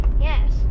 Yes